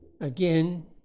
again